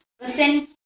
listen